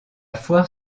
foire